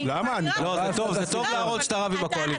זה טוב להראות שאתה רב עם הקואליציה.